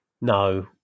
no